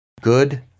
Good